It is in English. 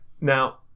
Now